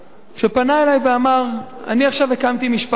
שפנה אלי ואמר: אני עכשיו הקמתי משפחה,